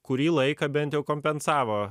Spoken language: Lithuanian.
kurį laiką bent jau kompensavo